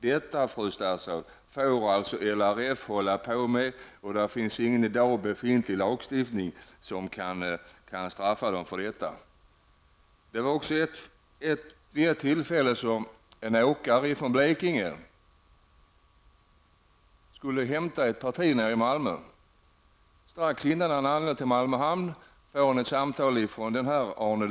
Detta, fru statsråd, får LRF hålla på med, och det finns ingen i dag befintlig lagstiftning enligt vilken de kan straffas. Vid ett tillfälle skulle en åkare från Blekinge hämta ett parti nere i Malmö. Strax innan han anlände till Malmö hamn fick han ett samtal från Arne Lyngö.